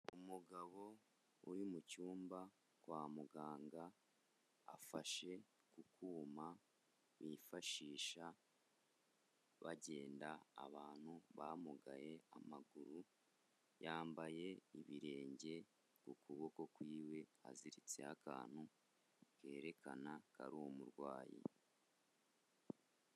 Umugabo uri mu cyumba kwa muganga, afashe ku kuma bifashisha bagenda abantu bamugaye amaguru, yambaye ibirenge, ku kuboko kwiwe aziritse akantu kerekana ko ari umurwayi.